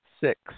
six